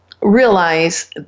realize